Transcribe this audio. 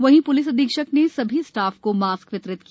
वहीं प्लिस अधीक्षक ने समस्त स्टाफ को मास्क वितरण किया